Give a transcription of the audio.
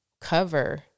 cover